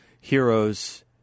heroes